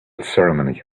ceremony